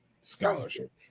scholarship